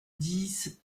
dix